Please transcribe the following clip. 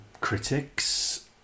critics